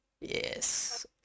Yes